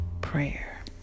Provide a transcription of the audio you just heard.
prayer